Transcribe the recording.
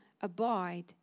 abide